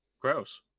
gross